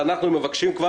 תעשה לנו טובה.